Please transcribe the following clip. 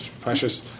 precious